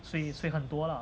所以所以很多 lah